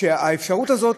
שהאפשרות הזאת